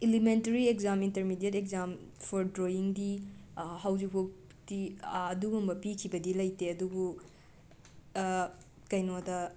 elementary exam intermediate exam for ꯗ꯭ꯔꯣꯋꯤꯡꯗꯤ ꯍꯧꯖꯤꯛꯕꯨꯛꯇꯤ ꯑꯗꯨꯒꯨꯝꯕ ꯄꯤꯈꯤꯕꯗꯤ ꯂꯩꯇꯦ ꯑꯗꯨꯕꯨ ꯀꯩꯅꯣꯗ